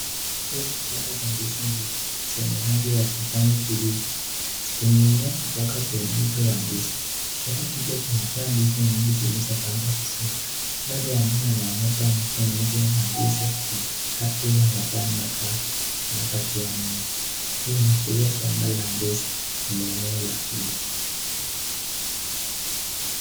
Hii ni kishada cha ndizi mbichi zenye rangi ya kijani kibichi zikining'inia kutoka kwenye mti wa ndizi. Kishada hicho kimejaa ndizi nyingi zilizopangwa vizuri maandari ya nyuma yanaonyesha miti mingi ya ndizi na ardhi ya majani makavu na mabaki ya mimea hii inaashiria shamba na ndizi ni eneo la kilmo.